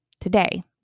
today